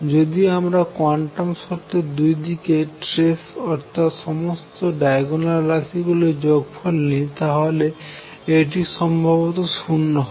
যদি আমরা কোয়ান্টাম শর্তের দুই দিকে ট্রেস অর্থাৎ সমস্ত ডায়াগোনাল রাশি গুলির যোগফল নিই তাহলে এটি সম্ভবত 0 হবে